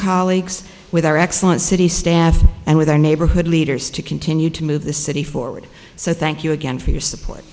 colleagues with our excellent city staff and with our neighborhood leaders to continue to move the city forward so thank you again for your support